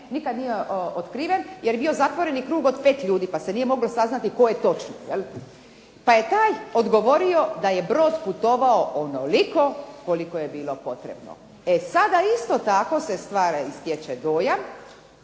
nikad nije otkriven jer je bio zatvoreni krug od 5 ljudi pa se nije moglo saznati tko je točno jel. Pa je taj odgovorio da je brod putovao onoliko koliko je bilo potrebno. E sada isto tako se stvara i stječe dojam